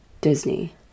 Disney